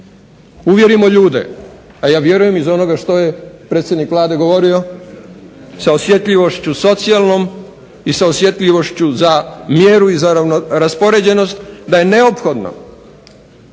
uvjerimo ljude, a vjerujem iz onoga što je predsjednik Vlade govorio sa osjetljivošću socijalnom i sa osjetljivošću za mjeru i za raspoređenost da je neophodno